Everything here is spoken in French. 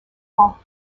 pas